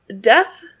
death